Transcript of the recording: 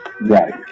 Right